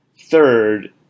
Third